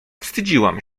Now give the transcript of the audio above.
wstydziłam